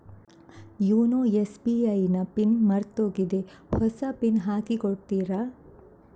YONO SBI ನ pin ಮರ್ತೋಗಿದೆ ಹೊಸ ಪಿನ್ ಹಾಕಿ ಕೊಡ್ತೀರಾ?